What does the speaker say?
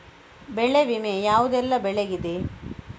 ಬೆಳೆ ವಿಮೆ ಯಾವುದೆಲ್ಲ ಬೆಳೆಗಿದೆ?